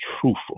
truthful